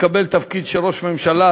תקבל תפקיד של ראש ממשלה,